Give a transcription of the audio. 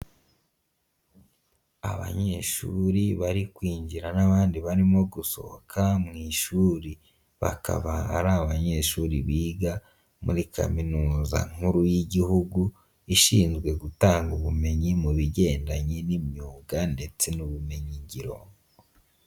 Abanyeshuri bari kwinjira n'abandi barimo gusohoka mu ishuri, bakaba ari abanyeshuri biga muri Kaminuza nkuru y'Igihugu, ishinzwe gutanga ubumenyi mu bigendanye n'imyuga ndetse n'ubumenyin ngiro.